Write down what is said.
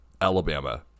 Alabama